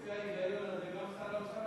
לפי ההיגיון הזה, גם שר האוצר